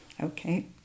Okay